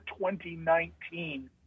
2019